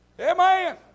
Amen